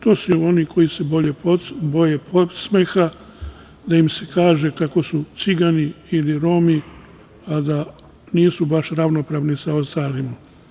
To su oni koji se boje podsmeha, da im se kaže kako su Cigani ili Romi, a da nisu baš ravnopravni sa ostalima.